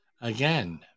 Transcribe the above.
Again